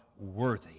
worthy